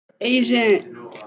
Asian